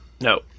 No